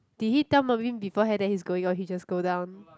did he tell Melvin beforehand that he's going or he just go down